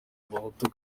abahutu